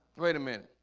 wait a minute